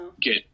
get